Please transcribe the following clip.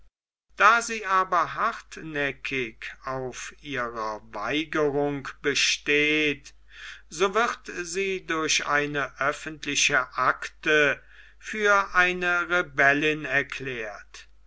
da sie aber hartnäckig auf ihrer weigerung besteht so wird sie durch eine öffentliche akte für eine rebellin erklärt